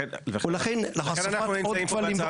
לכן אנחנו נמצאים פה בהצעת החוק.